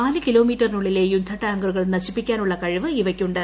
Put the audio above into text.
നാല് കിലോമീറ്ററിനുള്ളിലെ യുദ്ധ ടാങ്കറുകൾ നശിപ്പിക്കാനുള്ള കഴിവ് ഇവയ്ക്കുണ്ട്